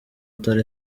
utari